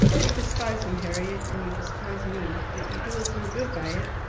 you despise him, harriet, and you despise me. but you do us no good by it.